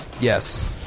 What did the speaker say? yes